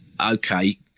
okay